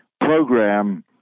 program